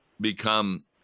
become